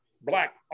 black